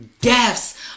deaths